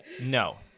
No